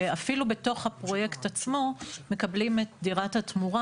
שאפילו בתוך הפרויקט עצמו מקבלים את דירת התמורה,